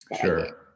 Sure